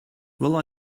will